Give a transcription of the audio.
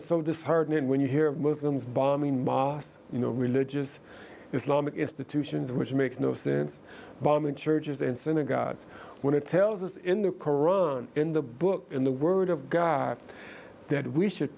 it so disheartening when you hear of muslims bombing mosques you know religious islamic institutions which makes no sense bombing churches and synagogues when it tells us in the koran in the book in the word of god that we should